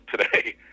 today